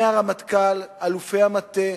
מהרמטכ"ל, אלופי המטה,